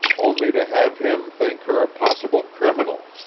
only to have him think her a possible criminal!